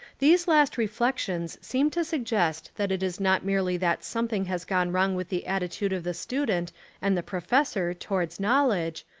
these last reflections seem to suggest that it is not merely that something has gone wrong with the attitude of the student and the pro fessor towards knowledge,